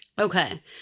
Okay